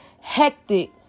hectic